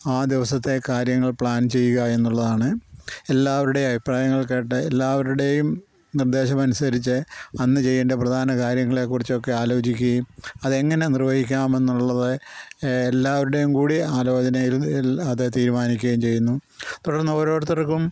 ആ ദിവസത്തെ കാര്യങ്ങൾ പ്ലാൻ ചെയ്യുക എന്നുള്ളതാണ് എല്ലാവരുടെ അഭിപ്രായങ്ങൾ കേട്ട് എല്ലാവരുടെയും നിർദ്ദേശം അനുസരിച്ച് അന്ന് ചെയ്യേണ്ട പ്രധാന കാര്യങ്ങളെക്കുറിച്ചൊക്ക ആലോചിക്കുകയും അതെങ്ങനെ നിർവഹിക്കാം എന്നുള്ളത് എല്ലാവരുടെയും കൂടി ആലോചനയിൽ ൽ അത് തീരുമാനിക്കുകയും ചെയ്യുന്നു തുടർന്ന് ഓരോരുത്തർക്കും